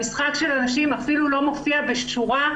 המשחק של הנשים אפילו לא מופיע בשורה,